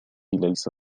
ليس